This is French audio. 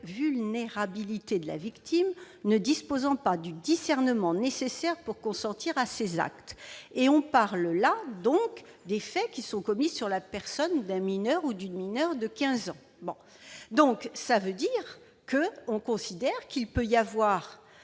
vulnérabilité de la victime ne disposant pas du discernement nécessaire pour consentir à ces actes. » On parle là de faits qui sont commis sur la personne d'un mineur ou d'une mineure de quinze ans. Cela signifie que l'on considère que des mineurs